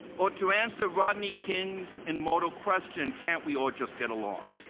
or to answer rodney king's immortal question, can't we all just get along?